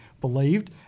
believed